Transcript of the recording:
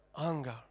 anger